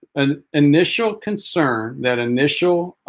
an initial concern that initial